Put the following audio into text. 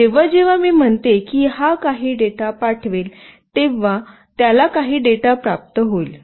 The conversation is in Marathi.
जेव्हा जेव्हा मी म्हणतो की हा काही डेटा पाठवेल तेव्हा त्याला काही डेटा प्राप्त होईल